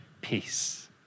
peace